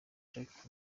jacques